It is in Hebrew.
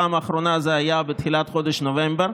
והפעם האחרונה הייתה בתחילת חודש נובמבר,